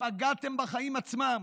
פגעתם בחיים עצמם.